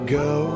go